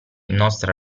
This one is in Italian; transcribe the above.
nostra